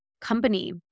company